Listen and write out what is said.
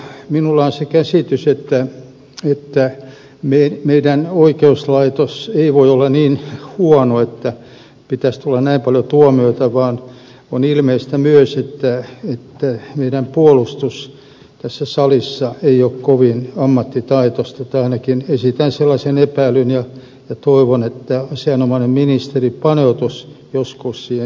minulla on se käsitys että meidän oikeuslaitos ei voi olla niin huono että pitäisi tulla näin paljon tuomioita vaan on ilmeistä myös että meidän puolustus tässä salissa ei ole kovin ammattitaitoista tai ainakin esitän sellaisen epäilyn ja toivon että asianomainen ministeri paneutuisi joskus siihen